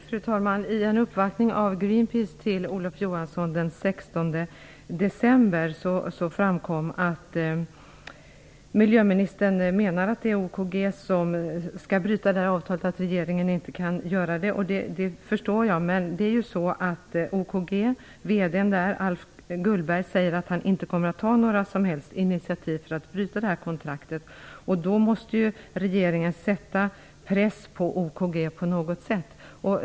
Fru talman! I en uppvaktning som Greenpiece gjorde av Olof Johansson den 16 december framkom att miljöministern anser att det är OKG AB som skall bryta avtalet och att regeringen inte kan göra det. Jag förstår det. Men VD:n i OKG AB, Rolf Gullberg, påstår att han inte kommer att ta några som helst initiativ för att bryta kontraktet. I ett sådant läge måste regeringen sätta press på OKG AB på något sätt.